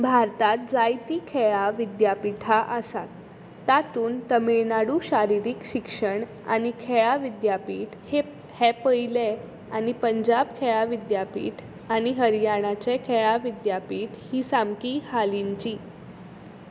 भारतात जायतीं खेळां विद्यापीठां आसात तातूंत तामीळनाडू शारिरीक शिक्षण आनी खेळां विद्यापीठ हे हें पयलें आनी पंजाब खेळां विद्यापीठ आनी हरियाणाचें खेळां विद्यापीठ हीं सामकीं हालिंचीं